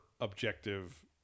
objective